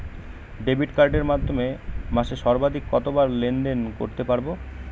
Debit কার্ডের মাধ্যমে মাসে সর্বাধিক কতবার লেনদেন করতে পারবো?